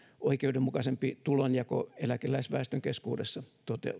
oikeudenmukaisempi tulonjako eläkeläisväestön keskuudessa